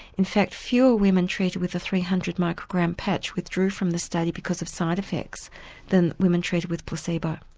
in fact fewer women treated with the three hundred microgram patch withdrew from the study because of side effects than women treated with placebo.